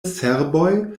serboj